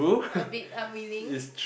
a bit unwilling